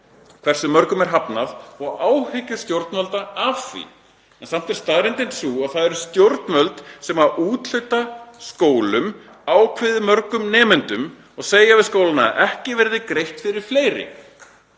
hversu mörgum er hafnað og áhyggjur stjórnvalda af því. Samt er staðreyndin sú að það eru stjórnvöld sem úthluta skólum ákveðið mörgum nemendum og segja við skólann að ekki verði greitt fyrir fleiri,